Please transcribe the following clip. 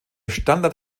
standard